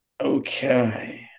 Okay